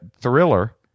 Thriller